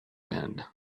wind